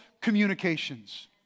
communications